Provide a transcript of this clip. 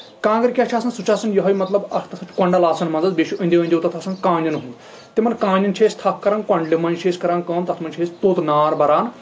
کانٛگٕر کیاہ چھِ آسان سُہ چھُ آسان یِہوے مطلب اَتھ آسان کۄنٛڈل آسان مَنٛزَس بیٚیہِ چھُ اندن اندن تتھ آسان کانیٚن ہُنٛد تِمن کانین چھِ أسۍ تھپھ کران کۄنٚڈلیو منٛز چھِ أسۍ کران کٲم تَتھ منٛز چھِ أسۍ توٚت نار بَران